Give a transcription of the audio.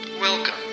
Welcome